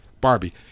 Barbie